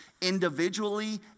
Individually